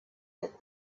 that